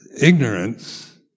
ignorance